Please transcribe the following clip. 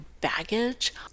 baggage